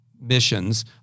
missions